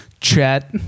chat